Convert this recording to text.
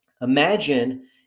imagine